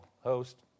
host